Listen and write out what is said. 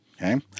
Okay